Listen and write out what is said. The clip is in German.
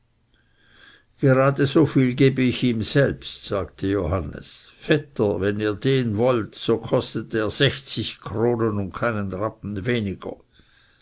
gerade so viel gebe ich ihm selbst sagte johannes vetter wenn ihr den wollt so kostet er sechzig kronen und keinen rappen weniger